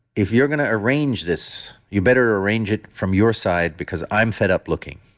if you're going to arrange this, you better arrange it from your side because i'm fed up looking.